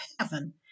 heaven